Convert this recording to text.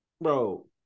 Bro